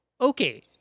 okay